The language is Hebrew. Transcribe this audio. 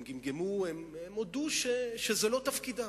הם גמגמו, הם הודו שזה לא תפקידם.